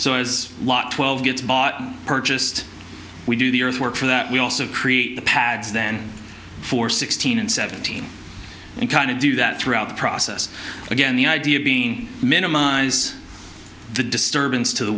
so as lot twelve gets bought purchased we do the earth work for that we also create the pads then for sixteen and seventeen and kind of do that throughout the process again the idea being minimise the disturbance to the